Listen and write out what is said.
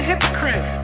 Hypocrite